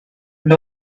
and